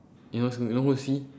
you know who's you know who's C